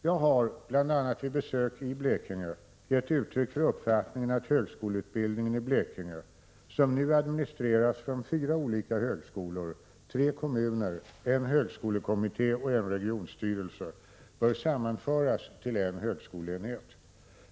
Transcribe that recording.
Jag har, bl.a. vid besök i Blekinge, gett uttryck för uppfattningen, att högskoleutbildningen i Blekinge, som nu administreras från fyra olika högskolor, tre kommuner, en högskolekommitté och en regionstyrelse, bör sammanföras till en högskoleenhet.